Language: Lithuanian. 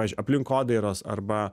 pavyzdžiui aplinkodaira yra arba